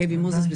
לאייבי מוזס,